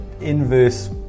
inverse